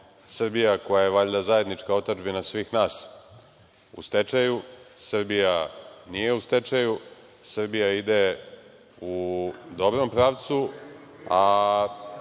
Srbija, koja je valjda zajednička otadžbina svih nas, u stečaju. Srbija nije u stečaju. Srbija ide u dobrom pravcu, a